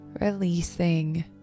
releasing